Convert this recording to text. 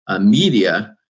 media